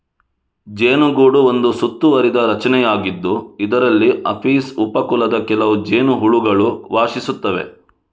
ಜೇನುಗೂಡು ಒಂದು ಸುತ್ತುವರಿದ ರಚನೆಯಾಗಿದ್ದು, ಇದರಲ್ಲಿ ಅಪಿಸ್ ಉಪ ಕುಲದ ಕೆಲವು ಜೇನುಹುಳುಗಳು ವಾಸಿಸುತ್ತವೆ